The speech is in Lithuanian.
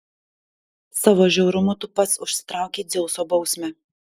savo žiaurumu tu pats užsitraukei dzeuso bausmę